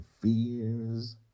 fears